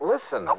Listen